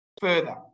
further